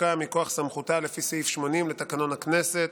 החוקה מכוח סמכותה לפי סעיף 80 לתקנון הכנסת.